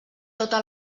tota